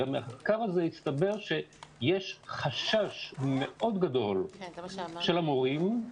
במחקר הזה הסתבר שיש חשש מאוד גדול של המורים,